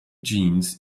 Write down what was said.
jeans